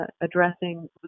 addressing